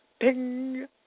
ping